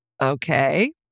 Okay